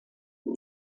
بود